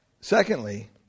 Secondly